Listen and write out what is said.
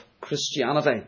Christianity